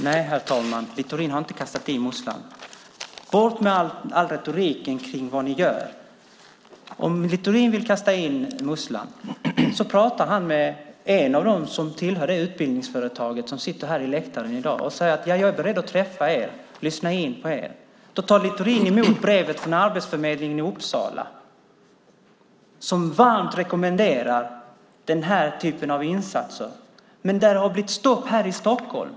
Herr talman! Littorin har inte kastat i musslan. Bort med all retorik kring vad ni gör! Om Littorin vill kasta i musslan ska han prata med en av dem som sitter här på läktaren som tillhör detta utbildningsföretag och säga att han är beredd att träffa dem och lyssna på dem. Då ska Littorin ta emot brevet från Arbetsförmedlingen i Uppsala som varmt rekommenderar den här typen av insatser, men där det har blivit stopp här i Stockholm.